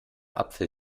apfel